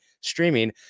streaming